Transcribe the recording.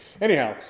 Anyhow